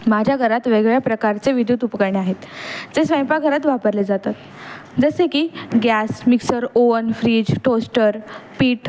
माझ्या घरात वेगळ्या प्रकारचे विद्युत उपकरणे आहेत ते स्वयंपाकघरात वापरले जातात जसे की gas mixer oven fridge toaster पीठ